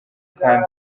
kandi